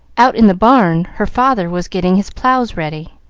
out in the barn her father was getting his plows ready